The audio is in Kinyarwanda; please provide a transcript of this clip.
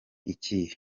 ikihe